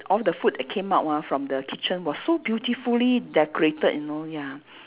all the food that came out ah from the kitchen was so beautifully decorated you know ya